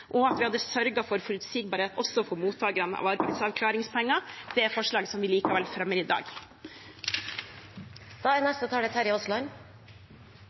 og at vi hadde sørget for forutsigbarhet også for mottakerne av arbeidsavklaringspenger. Det er forslag som vi likevel fremmer i dag.